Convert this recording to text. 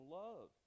love